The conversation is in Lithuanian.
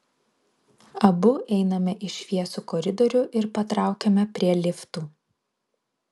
abu einame į šviesų koridorių ir patraukiame prie liftų